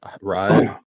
right